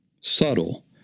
Subtle